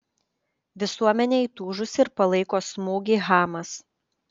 visuomenė įtūžusi ir palaiko smūgį hamas